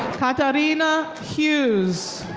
katarzyna hughes.